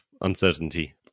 uncertainty